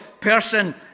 person